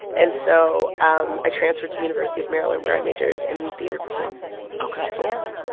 and so um i transferred to university of maryland, where i majored in theater performance ok yeah